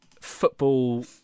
football